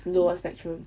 lower spectrum